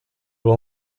will